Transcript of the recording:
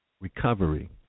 recovery